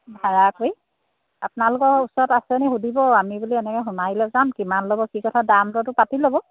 ভাড়া কৰি আপোনালোকৰ ওচৰত আছেনি সুধিব আমি বুলি এনেকৈ সোণাৰিলৈ যাম কিমান ল'ব কি কথা দামটোতো পাতি ল'ব